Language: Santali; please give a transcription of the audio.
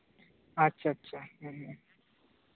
ᱟᱪᱪᱷᱟ ᱟᱪᱪᱷᱟ ᱦᱮᱸ